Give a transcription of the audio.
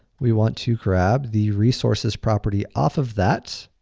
we want to grab the resources property off of that